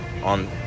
on